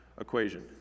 equation